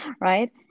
right